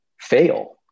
fail